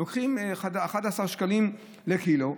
לוקחים 11 שקלים לקילו,